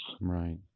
Right